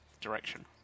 direction